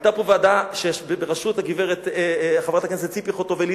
היתה פה ועדה בראשות חברת הכנסת ציפי חוטובלי,